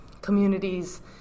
communities